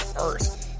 earth